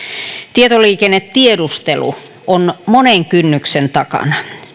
tietoliikennetiedustelu on monen kynnyksen takana